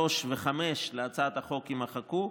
3 ו-5 להצעת החוק יימחקו,